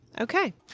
Okay